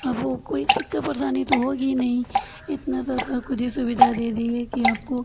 आपको कोई दिक्कत परेशानी तो होगी नहीं इतना सरकार खुद ही सुविधा दे दी है कि आपको